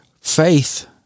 Faith